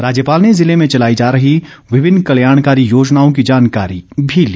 राज्यपाल ने जिले मेँ चलाई जा रही विभिन्न कल्याणकारी योजनाओं की जानकारी भी ली